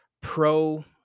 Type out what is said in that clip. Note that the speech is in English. pro